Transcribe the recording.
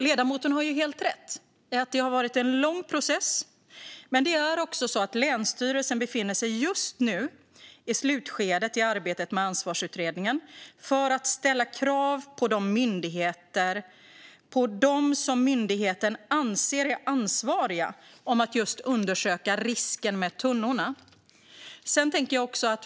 Ledamoten har helt rätt i att det har varit en lång process, men det är också så att länsstyrelsen just nu befinner sig i slutskedet i arbetet med ansvarsutredningen för att ställa krav på dem som myndigheten anser är ansvariga och med att undersöka risken med tunnorna.